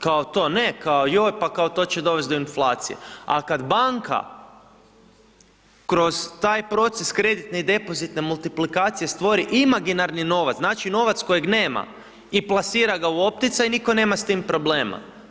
Kao to ne, kao joj pa kao to će dovesti do inflacije a kad banka kroz taj proces kreditne i depozitne multiplikacije stvori imaginarni novac, znači novac kojeg nema i plasira ga u opticaj, nitko nema s tim problema.